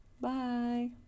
Bye